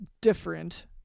different